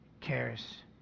cares